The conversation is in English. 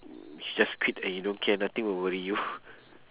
you just quit and you don't care nothing will worry you